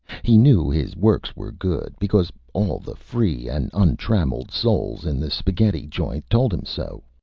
he knew his works were good, because all the free and untrammeled souls in the spaghetti joint told him so.